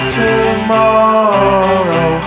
tomorrow